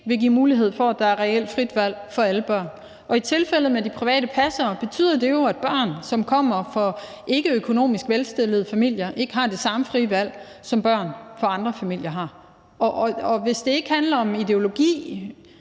vil give mulighed for, at der er et reelt frit valg for alle børn. Og i tilfældet med de private passere betyder det jo, at børn, som kommer fra ikke økonomisk velstillede familier, ikke har det samme frie valg, som børn fra andre familier har, og hvis det ikke handler om ideologi,